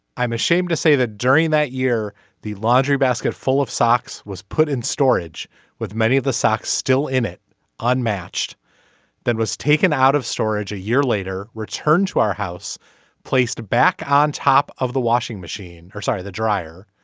i'm ashamed to say that during that year the laundry basket full of socks was put in storage with many of the socks still in it unmatched then was taken out of storage a year later returned to our house placed back on top of the washing machine or sorry the dryer